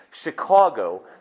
Chicago